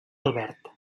albert